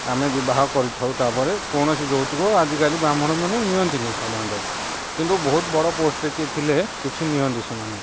ଆମେ ବିବାହ କରିଥାଉ ତା'ପରେ କୌଣସି ଯୌତୁକ ଆଜିକାଲି ବ୍ରାହ୍ମଣମାନେ ନିଅନ୍ତିନି ସାଧାରଣତଃ କିନ୍ତୁ ବହୁତ ବଡ଼ ପୋଷ୍ଟ୍ରେ କିଏ ଥିଲେ କିଛି ନିଅନ୍ତି ସେମାନେ